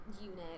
unit